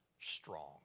strong